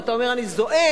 ואתה אומר: אני זועם,